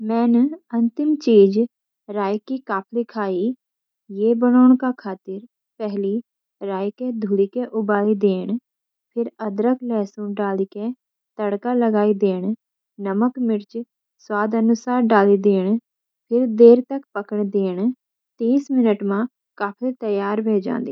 मैं अंतिम चीज राई की काफली खाई। काफली बाणों का खातिर राई के अच्छी सी धोई के उबाली देंन। फिर अदरक, लहसुन डाली के तड़का लगाई देन, नमक मिर्च स्वादानुसार डाली देन फिर देर तक पकन देन, तीस मिनट मा काफली तैयार वे जां दी।